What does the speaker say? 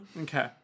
Okay